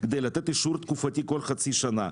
כדי לתת אישור תקופתי בכל חצי שנה,